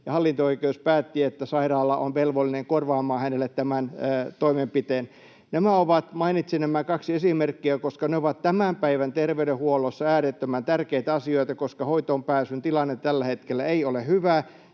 hallinto-oikeus päätti, että sairaala on velvollinen korvaamaan hänelle tämän toimenpiteen. Mainitsin nämä kaksi esimerkkiä, koska ne ovat tämän päivän terveydenhuollossa äärettömän tärkeitä asioita, koska hoitoonpääsyn tilanne tällä hetkellä ei ole hyvä,